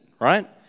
right